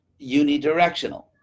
unidirectional